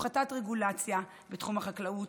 הפחתת רגולציה בתחום החקלאות,